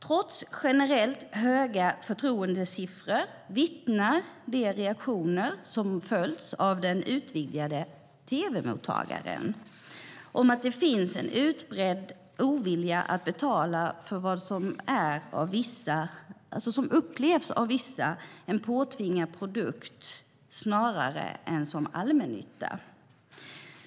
Trots generellt höga förtroendesiffror vittnar de reaktioner som följt av den utvidgade definitionen av tv-mottagare om att det finns en utbredd ovilja att betala för vad som av vissa upplevs som en påtvingad produkt snarare än som allmännytta.